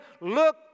Look